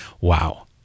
wow